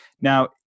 Now